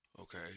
Okay